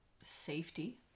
safety